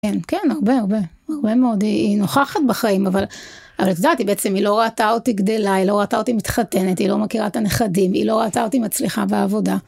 כן, כן, הרבה, הרבה, הרבה מאוד, היא נוכחת בחיים, אבל, אבל את יודעת, היא בעצם, היא לא ראתה אותי גדלה, היא לא ראתה אותי מתחתנת, היא לא מכירה את הנכדים, היא לא ראתה אותי מצליחה בעבודה.